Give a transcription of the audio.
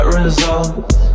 results